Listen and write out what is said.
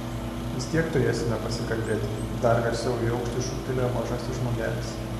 vis tiek turėsime pasikalbėti dar garsiau į aukštį šūktelėjo mažasis žmogelis